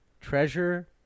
Treasure